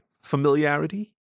familiarity